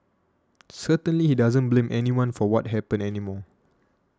certainly he doesn't blame anyone for what happened anymore